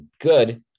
good